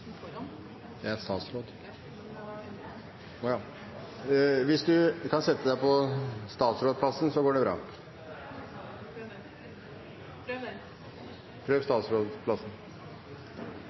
Hvis du kan sette deg på statsrådsplassen, går det bra. Prøv